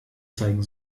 zeigen